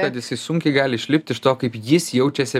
kad jisai sunkiai gali išlipti iš to kaip jis jaučiasi